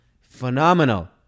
Phenomenal